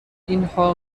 اینها